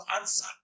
answer